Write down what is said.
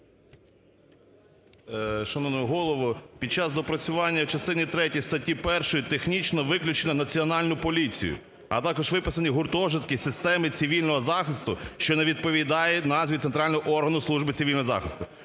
Шановний Голово, під час доопрацювання в частині третій статті 1 технічно виключно Національну поліцію, а також виписані гуртожитки, системи цивільного захисту, що не відповідає назві центрального органу служби цивільного захисту.